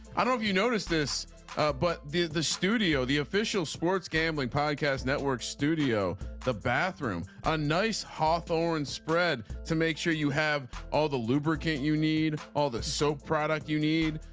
i don't have you noticed this but the the studio the official sports gambling podcast network studio the bathroom a nice hawthorn's spread to make sure you have all the lubricant you need all the soap product you need.